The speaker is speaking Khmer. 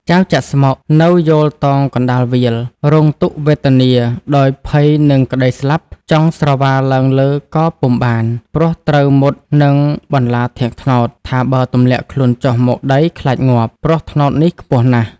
ចៅចាក់ស្មុគ នៅយោលតោងកណ្តាលវាល រងទុក្ខវេទនាដោយភ័យនឹងក្តីស្លាប់ ចង់ស្រវាឡើងលើក៏ពុំបាន ព្រោះត្រូវមុតនឹងបន្លាធាងត្នោត ថាបើទម្លាក់ខ្លួនចុះមកដីខ្លាចងាប់ ព្រោះត្នោតនេះខ្ពស់ណាស់។